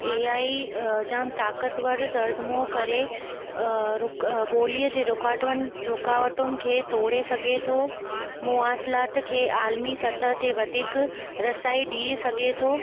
ए आई जाम ताक़तवर तर्जुमो करे रूक ॿोलीअ जी रूकाटवन रूकावटूनि खे तोड़े सघे थो मुआसलात खे आलमी सतह ते वधीक रसाई ॾिए सघे थो